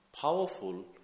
powerful